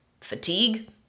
fatigue